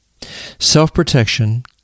Self-protection